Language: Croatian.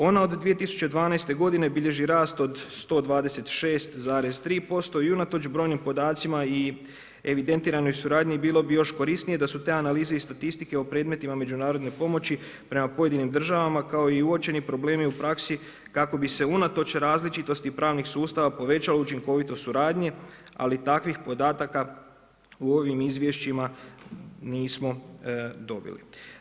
Ona od 2012. godine bilježi rast od 126,3% i unatoč brojnim podacima i evidentiranoj suradnji bilo bi još korisnije da su te analize i statistike o predmetima međunarodne pomoći prema pojedinim državama, kao i uočeni problemi u praksi kako bi se unatoč različitosti pravnih sustava povećala učinkovitost suradnje, ali takvih podataka u ovim izvješćima nismo dobili.